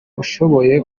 udashoboye